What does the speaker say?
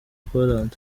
poland